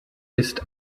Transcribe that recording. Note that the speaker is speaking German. ist